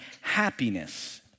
happiness